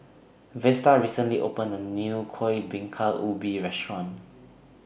Vesta recently opened A New Kuih Bingka Ubi Restaurant